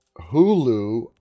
Hulu